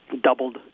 doubled